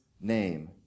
name